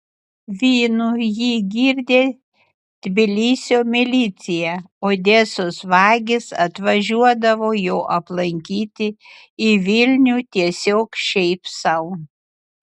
vynu jį girdė tbilisio milicija odesos vagys atvažiuodavo jo aplankyti į vilnių tiesiog šiaip sau